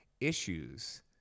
issues